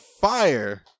fire